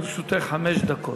לרשותך חמש דקות.